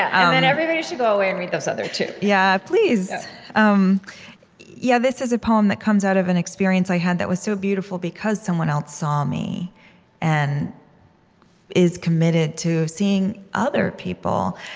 then everybody should go away and read those other two yeah, please um yeah this is a poem that comes out of an experience i had that was so beautiful because someone else saw me and is committed to seeing other people.